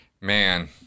Man